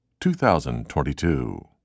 2022